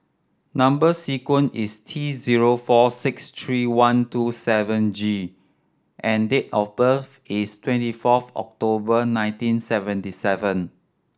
number sequence is T zero four six three one two seven G and date of birth is twenty fourth October nineteen seventy seven